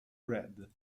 red